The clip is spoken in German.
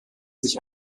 sich